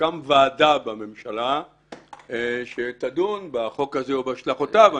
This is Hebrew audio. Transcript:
שתוקם ועדה בממשלה שתדון בחוק הזה ובהשלכותיו.